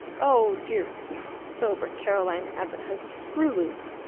oh, dear, sweet, sober caroline abbott has a screw loose!